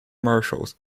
marshals